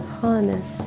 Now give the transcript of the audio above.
harness